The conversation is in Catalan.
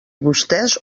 vostès